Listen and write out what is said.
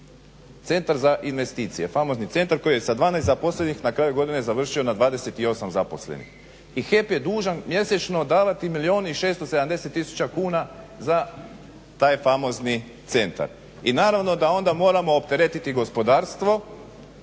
Centar za investicije, famozni centar koji je sa 12 zaposlenih na kraju godine završio na 28 zaposlenih. I HEP je dužan mjesečno davati milijun i 670000 kuna za taj famozni centar. I naravno da onda moramo opteretiti gospodarstvo